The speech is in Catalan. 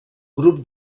grup